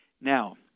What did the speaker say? Now